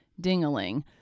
ding-a-ling